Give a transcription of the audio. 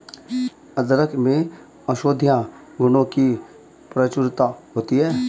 अदरक में औषधीय गुणों की प्रचुरता होती है